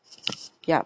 ya